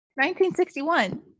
1961